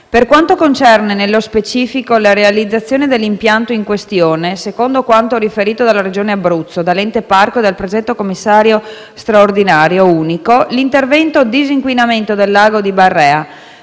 Per quanto concerne, nello specifico, la realizzazione dell'impianto in questione, secondo quanto riferito dalla Regione Abruzzo, dall'ente parco e dal predetto commissario straordinario unico, l'intervento «Disinquinamento del Lago di Barrea: